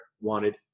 wanted